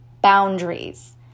boundaries